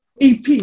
EP